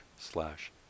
slash